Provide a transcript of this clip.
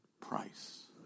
price